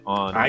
on